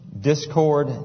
discord